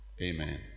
Amen